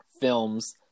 films